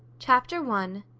chapter one.